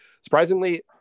surprisingly